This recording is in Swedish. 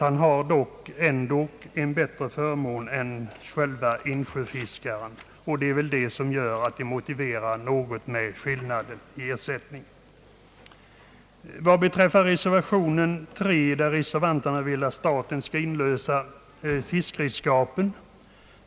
Han har det med andra ord förmånligare än insjöfiskaren, och det kan motivera skillnaden i ersättning något. I reservation 3 vill reservanterna att staten skall inlösa fiskeredskapen.